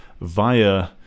via